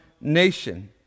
nation